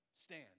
Stand